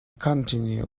continue